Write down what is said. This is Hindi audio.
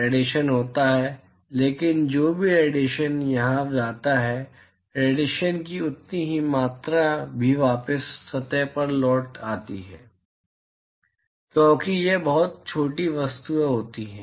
रेडिएशन होता है लेकिन जो भी रेडिएशन यहाँ जाता है रेडिएशन की उतनी ही मात्रा भी वापस सतह पर लौट आती है क्योंकि ये बहुत छोटी वस्तुएँ होती हैं